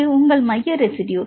இது உங்கள் மைய ரெஸிட்யு